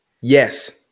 Yes